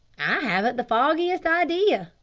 i haven't the foggiest idea,